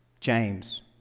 James